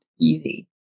easy